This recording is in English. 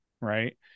right